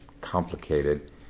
complicated